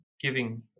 giving